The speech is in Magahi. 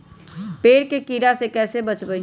पेड़ के कीड़ा से कैसे बचबई?